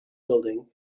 building